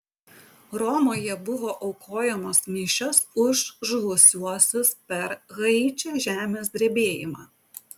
romoje buvo aukojamos mišios už žuvusiuosius per haičio žemės drebėjimą